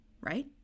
right